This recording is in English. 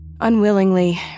Unwillingly